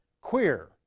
queer